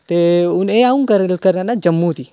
ते हून एह् अ'ऊं गल्ल करै करना जम्मू दी